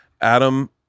Adam